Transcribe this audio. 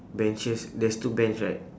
benches there's two bench right